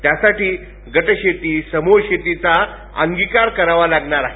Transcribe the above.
त्यासाठी गट शेती समूह शेतीचा अंगीकार करावा लागणार आहे